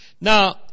Now